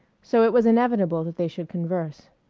so it was inevitable that they should converse.